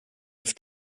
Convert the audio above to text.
with